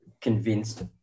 convinced